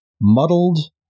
muddled